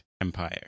empire